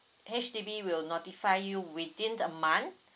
H_D_B will notify you within the month